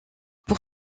pour